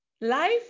Life